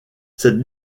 cette